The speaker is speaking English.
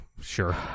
sure